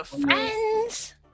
friends